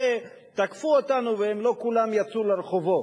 תקפו אותנו והם לא כולם יצאו לרחובות?